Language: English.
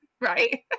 right